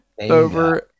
over